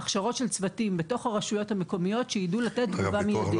הכשרות של צוותים בתוך הרשויות המקומיות שיידעו לתת תגובה מידית.